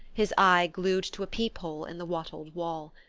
his eye glued to a peep-hole in the wattled wall.